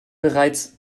bereits